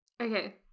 Okay